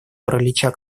паралича